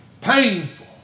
painful